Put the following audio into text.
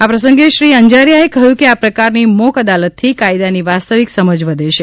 આ પ્રસંગે શ્રી અંજારિયાએ કહ્યું કે આ પ્રકારની મોક અદાલતથી કાયદાની વાસ્તવિક સમજ વધે છે